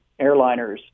airliners